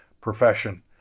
profession